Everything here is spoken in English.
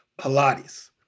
Pilates